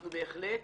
אנחנו בהחלט,